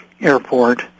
airport